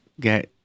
get